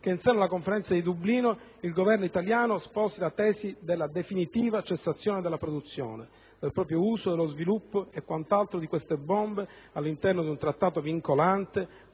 che in seno alla Conferenza di Dublino il Governo italiano sposi la tesi della definitiva cessazione della produzione, uso, sviluppo e quant'altro di queste bombe, all'interno di un Trattato vincolante,